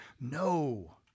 no